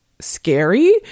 scary